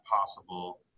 possible